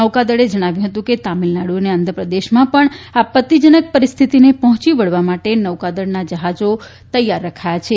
નૌકાદળે જણાવ્યું હતું કે તમિળનાડ઼ અને આંધ્રપ્રદેશમાં પણ આપત્તિજનક પરિસ્થિતિને પહોંચી વળવા માટે નૌકાદળોના જહાજો તૈયાર રખાયા છે